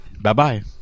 bye-bye